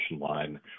line